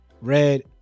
red